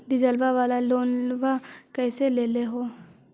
डीजलवा वाला लोनवा कैसे लेलहो हे?